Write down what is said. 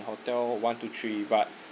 the hotel one to three but